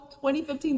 2015